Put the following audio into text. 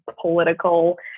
political